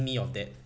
me of that